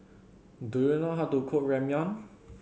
do you know how to cook Ramyeon